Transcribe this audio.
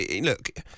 look